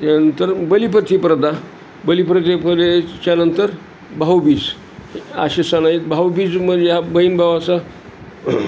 त्यानंतर बलिप्रतिपदा बलिप्रतिपदेच्यानंतर भाऊबीज असे सण आहे भाऊबीज म्हजे ह्या बहीण भावाचा